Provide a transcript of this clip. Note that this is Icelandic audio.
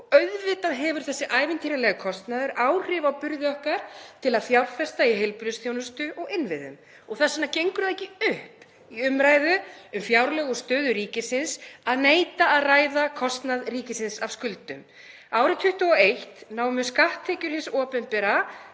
auðvitað hefur þessi ævintýralegi kostnaður áhrif á burði okkar til að fjárfesta í heilbrigðisþjónustu og innviðum. Þess vegna gengur það ekki upp í umræðu um fjárlög og stöðu ríkisins að neita að ræða kostnað ríkisins af skuldum. Árið 2021 námu skatttekjur hins opinbera,